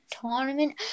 Tournament